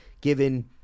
given